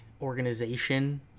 organization